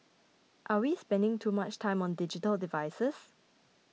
are we spending too much time on digital devices